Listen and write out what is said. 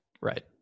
Right